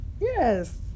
Yes